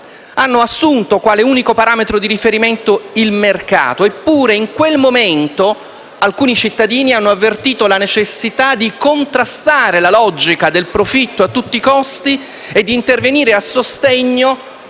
hanno assunto quale unico parametro di riferimento il mercato. Eppure, in quel momento, alcuni cittadini hanno avvertito la necessità di contrastare la logica del profitto a tutti i costi e di intervenire a sostegno